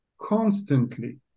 constantly